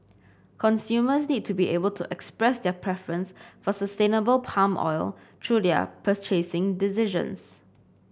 consumers need to be able to express their preference for sustainable palm oil through their purchasing decisions